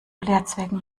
lehrzwecken